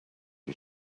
you